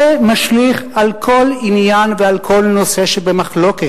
זה משליך על כל עניין ועל כל נושא שבמחלוקת.